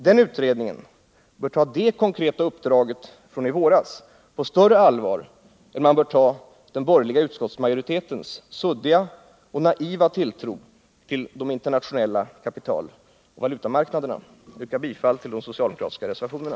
Den utredningen bör ta det konkreta uppdraget från i våras på större allvar än den bör ta den borgerliga utskottsmajoritetens suddiga och naiva tilltro till de internationella kapitaloch valutamarknaderna. Jag yrkar bifall till de socialdemokratiska reservationerna.